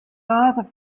either